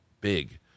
big